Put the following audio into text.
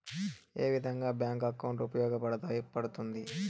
ఏ విధంగా bank account ఉపయోగపడతాయి పడ్తుంది